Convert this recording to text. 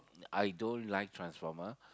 I don't like transformer